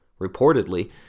Reportedly